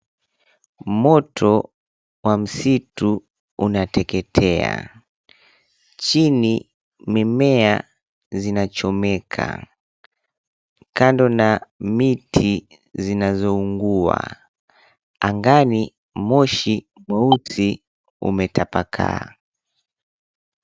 Moto wa msitu unateketea, chini mimea zinachomeka kando na miti zinazoungua. Angani moshi mweusi umetapakaa.